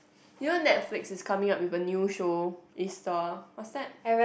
you know Netflix is coming up a new show is the what's that